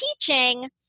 teaching